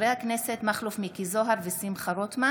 הכנסת מכלוף מיקי זוהר ושמחה רוטמן